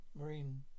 Marine